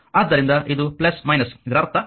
ಆದ್ದರಿಂದ ಇದು ಇದರರ್ಥ ಇದು